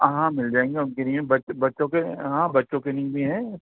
ہاں ہاں مل جائیں گے ان کے لیے بچے بچوں کے ہاں بچوں کے لیے بھی ہیں